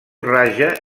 raja